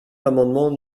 l’amendement